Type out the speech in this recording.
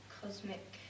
cosmic